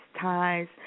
ties